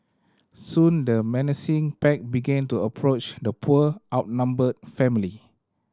soon the menacing pack began to approach the poor outnumbered family